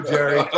Jerry